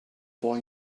boy